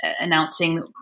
announcing